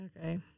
okay